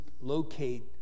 locate